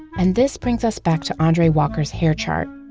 and this brings us back to andre walker's hair chart.